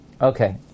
Okay